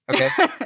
Okay